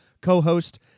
co-host